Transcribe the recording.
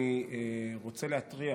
אני רוצה להתריע